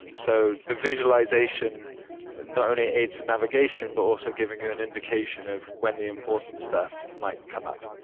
so the visualisation not only aids with navigation but also giving you an indication of when the important stuff might come up.